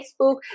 Facebook